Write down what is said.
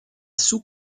sous